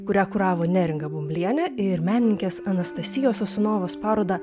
kurią kuravo neringa bumblienė ir menininkės anastasijos sosunovos parodą